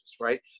right